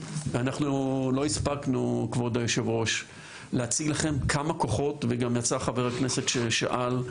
אנחנו לא הספקנו להציג ויצא חבר הכנסת ששאל,